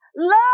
Love